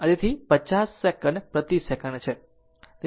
તેથી 50 સેકન્ડ પ્રતિ સેકંડ છે